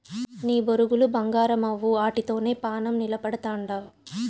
నీ బొరుగులు బంగారమవ్వు, ఆటితోనే పానం నిలపతండావ్